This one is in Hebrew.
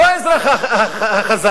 לא האזרח החזק,